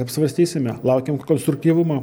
apsvarstysime laukiam konstruktyvumo